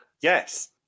Yes